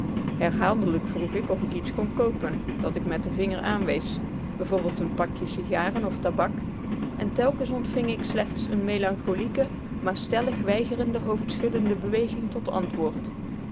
herhaaldelijk vroeg ik of ik iets kon koopen dat ik met den vinger aanwees bijv een pakje sigaren of tabak en telkens ontving ik slechts eene melancolieke maar stellig weigerende hoofdschuddende beweging tot antwoord